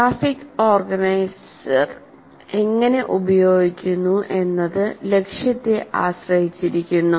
graphic organiser എങ്ങനെ ഉപയോഗിക്കുന്നു എന്നത് ലക്ഷ്യത്തെ ആശ്രയിച്ചിരിക്കുന്നു